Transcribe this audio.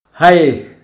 hi